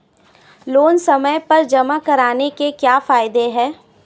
Loan समय पर जमा कराने के क्या फायदे हैं?